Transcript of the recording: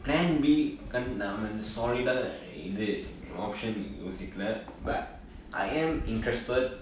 plan b கண்டிப்~ நா வந்து:kandip~ naa vanthu solid இது:ithu option யோசிக்கல:yosikala but I am interested